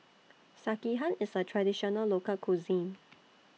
Sekihan IS A Traditional Local Cuisine